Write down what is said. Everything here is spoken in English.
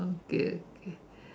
okay okay